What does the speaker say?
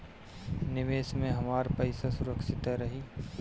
निवेश में हमार पईसा सुरक्षित त रही?